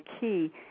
key